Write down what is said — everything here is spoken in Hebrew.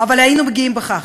אבל היינו גאים בכך.